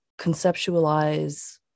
conceptualize